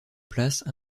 place